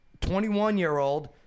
21-year-old